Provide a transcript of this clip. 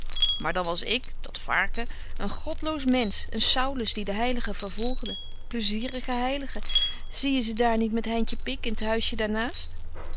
maar dan was ik dat varken een godloos mensch een saulus die de heiligen vervolgde plaisierige heiligen zie je ze daar niet met heintje pik in t huisje